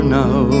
now